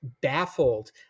baffled